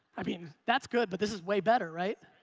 i mean, that's good, but this is way better, right?